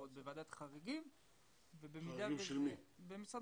זה לא קשור לבעיות אחרות שאתה רוצה להעלות בפני שר האוצר.